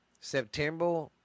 September